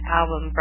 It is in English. album